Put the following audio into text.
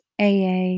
AA